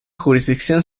jurisdicción